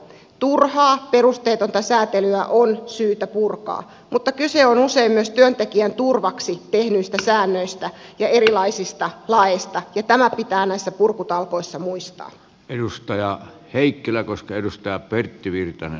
turhaa perusteetonta säätelyä on syytä purkaa mutta kyse on usein myös työntekijän turvaksi tehdyistä säännöistä ja erilaisista laeista ja tämä pitää näissä purkutalkoissa muistaa edustaja heikkilä koska edustaa pidättyvyyttä